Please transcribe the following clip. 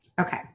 Okay